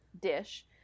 dish